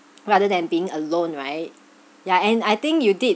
rather than being alone right yeah and I think you did